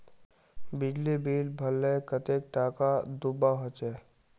बिजली बिल भरले कतेक टाका दूबा होचे?